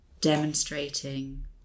demonstrating